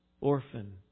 orphan